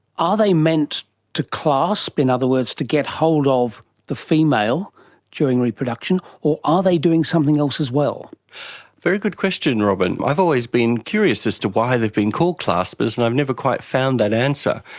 are they meant to clasp, in other words to get hold of the female during reproduction, or are they doing something else as well? a very good question, robyn. i've always been curious as to why they've been called claspers, and i've never quite found that answer.